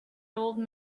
old